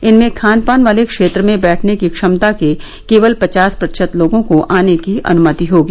इनमें खान पान वाले क्षेत्र में बैठने की क्षमता के केवल पचास प्रतिशत लोगों को आने की अनुमति होगी